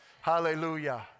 Hallelujah